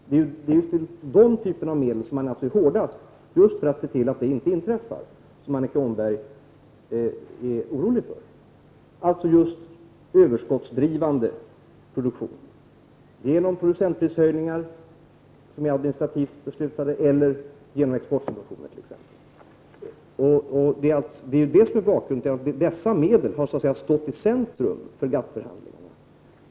Det är mot den typen av medel som man alltså är hårdast — för att se till att inte det inträffar som Annika Åhnberg är orolig för, överskottsdrivande produktion genom producentprishöjningar som är administrativt beslutade, eller genom exportsubventioner. Dessa medel har så att säga stått i centrum för GATT-förhandlingarna.